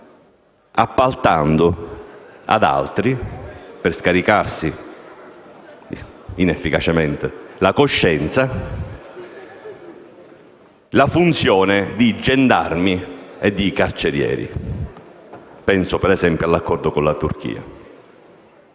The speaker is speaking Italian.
appaltando ad altri, per scaricarsi inefficacemente la coscienza, la funzione di gendarmi e di carcerieri (ad esempio, con l'accordo con la Turchia).